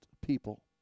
people